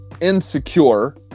insecure